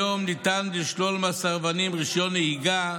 כיום ניתן לשלול מהסרבנים רישיון נהיגה,